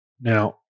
Now